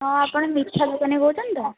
ହଁ ଆପଣ ମିଠା ଦୋକାନୀ କହୁଛନ୍ତି ତ